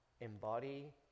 embody